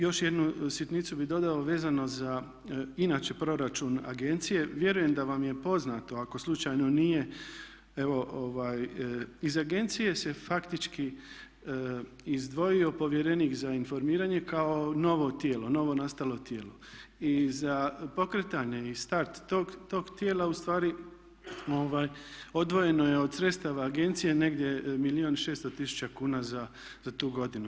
Još jednu sitnicu bih dodao vezano za inače proračun agencije, vjerujem da vam je poznato, ako slučajno nije evo iz agencije se faktički izdvojio povjerenik za informiranje kao novo tijelo, novonastalo tijelo i za pokretanje i start tog tijela ustvari odvojeno je od sredstava agencije negdje 1 milijun i 600 tisuća kuna za tu godinu.